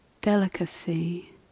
delicacy